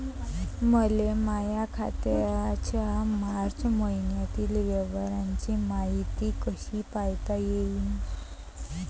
मले माया खात्याच्या मार्च मईन्यातील व्यवहाराची मायती कशी पायता येईन?